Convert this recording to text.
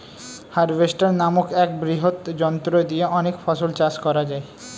harvester নামক এক বৃহৎ যন্ত্র দিয়ে অনেক ফসল চাষ করা যায়